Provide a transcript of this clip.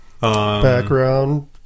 background